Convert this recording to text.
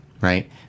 right